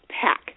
pack